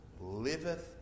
liveth